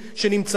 תודה לכם,